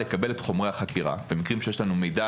לקבל את חומרי החקירה במקרים שיש לנו מידע